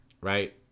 right